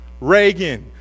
Reagan